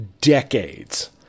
decades